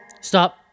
Stop